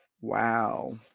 Wow